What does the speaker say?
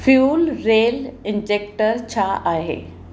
fuel rail injector छा आहे